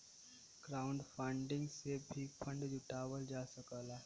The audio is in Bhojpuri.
क्राउडफंडिंग से भी फंड जुटावल जा सकला